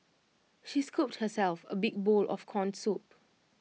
she scooped herself A big bowl of Corn Soup